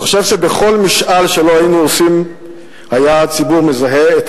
אני חושב שבכל משאל שלא היינו עושים היה הציבור מזהה את